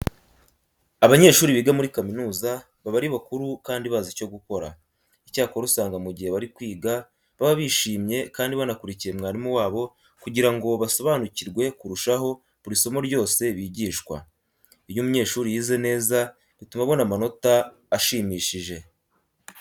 Abanyeshuri biga muri kaminuza baba ari bakuru kandi bazi icyo gukora. Icyakora usanga mu gihe bari kwiga baba bishimye kandi banakurikiye mwarimu wabo kugira ngo basobanukirwe kurushaho buri somo ryose bigishwa. Iyo umunyeshuri yize neza bituma abona amanota ashimishije.